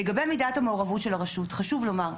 לגבי מידת המעורבות של הרשות, חשוב לומר,